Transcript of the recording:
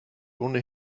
ohne